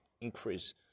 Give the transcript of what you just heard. increase